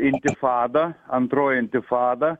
intifada antroji intifada